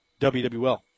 WWL